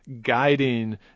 guiding